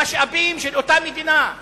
במשאבים של אותה מדינה.